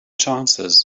chances